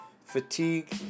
fatigue